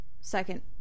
second